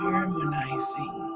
Harmonizing